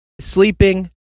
sleeping